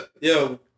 Yo